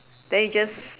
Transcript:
they just